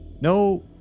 No